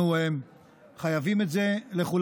אנחנו חייבים את זה לכולנו.